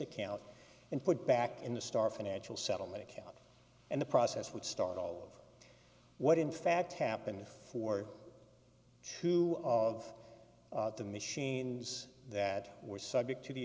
account and put back in the star financial settlement account and the process would start all of what in fact happened for two of the machines that were subject to the